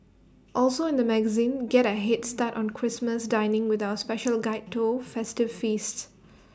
also in the magazine get A Head start on Christmas dining with our special guide to festive feasts